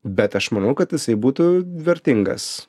bet aš manau kad jisai būtų vertingas